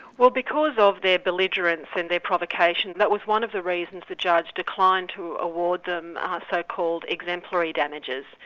well because of their belligerence and their provocation, that was one of the reasons the judge declined to award them ah so-called exemplary damages.